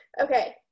Okay